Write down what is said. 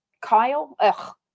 Kyle